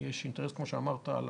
כמו שאמרת,